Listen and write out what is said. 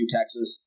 Texas